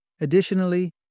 Additionally